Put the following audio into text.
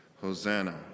Hosanna